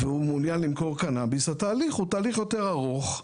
מעוניין למכור קנביס התהליך הוא תהליך יותר ארוך,